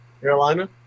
Carolina